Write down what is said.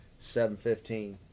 7:15